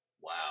Wow